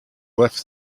left